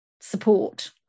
support